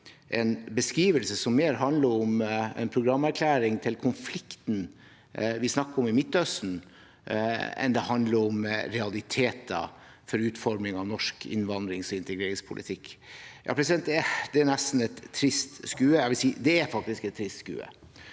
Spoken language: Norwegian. en beskrivelse som handler mer om en programerklæring til konflikten vi snakker om i Midtøsten, enn om realiteter for utforming av norsk innvandrings- og integreringspolitikk. Det er nesten et trist skue; jeg vil si at det faktisk er et trist skue.